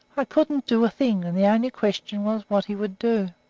i couldn't do a thing, and the only question was what he would do.